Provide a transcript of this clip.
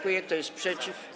Kto jest przeciw?